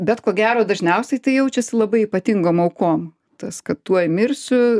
bet ko gero dažniausiai tai jaučiasi labai ypatingom aukom tas kad tuoj mirsiu